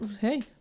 Hey